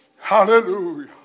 Hallelujah